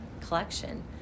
collection